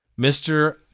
Mr